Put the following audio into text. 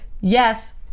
yes